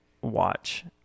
watch